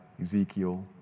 Ezekiel